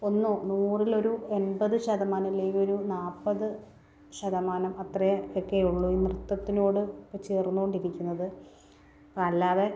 ഒന്നു നൂറിലൊരു എൺപത് ശതമാനം അല്ലെങ്കിൽ ഒരു നാൽപ്പത് ശതമാനം അത്രേ ഒക്കെയേ ഉള്ളൂ ഈ നൃത്തത്തിനോട് ഇപ്പം ചേർന്നുകൊണ്ടിരിക്കുന്നത് അപ്പം അല്ലാതെ